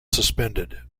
suspended